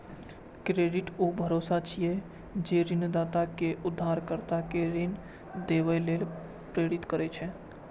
credit ऊ भरोसा छियै, जे ऋणदाता कें उधारकर्ता कें ऋण देबय लेल प्रेरित करै छै